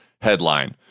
headline